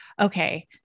okay